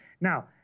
now